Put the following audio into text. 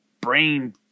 brain